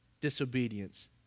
Disobedience